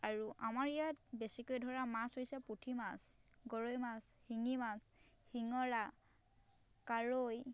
আৰু আমাৰ ইয়াত বেছিকৈ ধৰা মাছ হৈছে পুঠি মাছ গৰৈ মাছ শিঙি মাছ শিঙৰা কাৱৈ